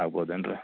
ಆಗ್ಬೋದು ಏನ್ರಿ